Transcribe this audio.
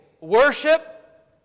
worship